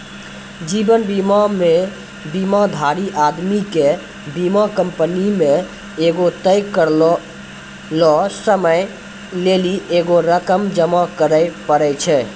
जीवन बीमा मे बीमाधारी आदमी के बीमा कंपनी मे एगो तय करलो समय लेली एगो रकम जमा करे पड़ै छै